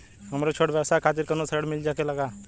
हमरे छोट व्यवसाय खातिर कौनो ऋण मिल सकेला?